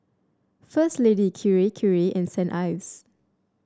First Lady Kirei Kirei and Saint Ives